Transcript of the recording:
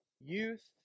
youth